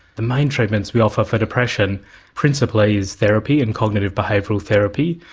the main treatments we offer for depression principally is therapy and cognitive behavioural therapy,